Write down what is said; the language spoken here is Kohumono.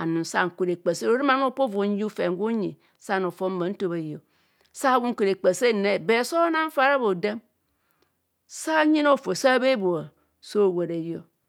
anum sa nku rekpa sen ne. Orom a anum opa ova unyi ufen gwe unyi sa nni fon ma- ntobhai anum sa bhunku rekpa se nre, but so nang fara hombhodm sa nyina hofo sabhe bhoa sa owạrạ ọ.